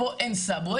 פה אין רכבת תחתית,